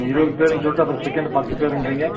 இ இருபது பேருன்ன சொல்லிட்டு அப்புறம் செகண்டு பத்து பேருன்றிங்க